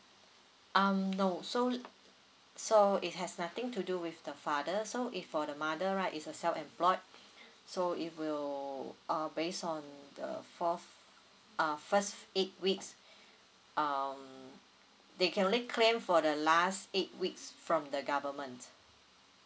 um no so so it has nothing to do with the father so if for the mother right is a self employed so it will uh based on the fourth uh first eight weeks um they can only claim for the last eight weeks from the government